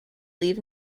leave